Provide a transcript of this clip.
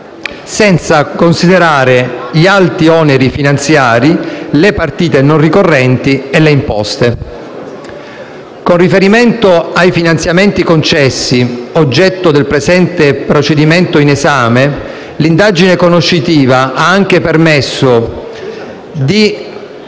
senza considerare gli alti oneri finanziari, le partite non ricorrenti e le imposte. Con riferimento ai finanziamenti concessi oggetto del presente procedimento in esame, l'indagine conoscitiva ha anche permesso di